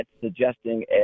suggesting